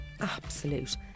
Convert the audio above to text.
absolute